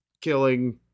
killing